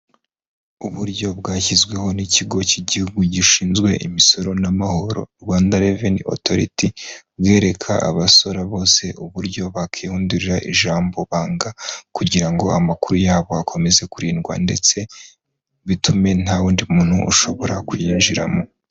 Uburyo bwashyizweho n'ikigo k'igihugu gishinzwe imisoro n'amahoro rwanda reveni otoriti bwereka abasora bose uburyo bakikindurira ijambo banga kugira ngo amakuru yabo akomeze kurindwa ndetse bitume nta wundi muntu ushobora kuyinjiramo.